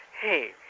hey